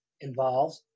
involved